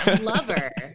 lover